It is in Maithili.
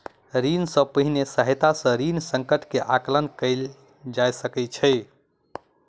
ऋण सॅ पहिने सहायता सॅ ऋण संकट के आंकलन कयल जा सकै छै